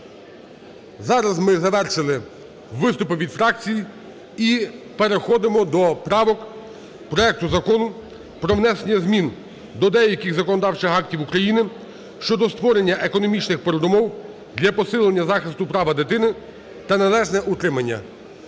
Зараз ми завершили виступи від фракцій і переходимо до правок проекту Закону про внесення змін до деяких законодавчих актів України щодо створення економічних передумов для посилення захисту права дитини на належне утримання.